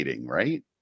Right